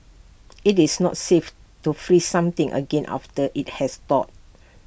IT is not safe to freeze something again after IT has thawed